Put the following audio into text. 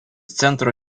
centro